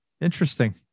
interesting